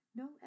no